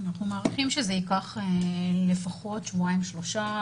אנחנו מעריכים שזה ייקח לפחות שבועיים-שלושה,